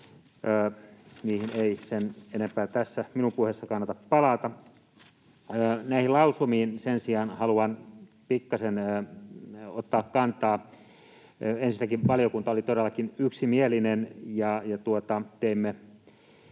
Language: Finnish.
Niihin ei sen enempää tässä minun puheessani kannata palata. Näihin lausumiin sen sijaan haluan pikkasen ottaa kantaa. Ensinnäkin valiokunta oli todellakin yksimielinen, ja teimme